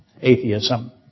atheism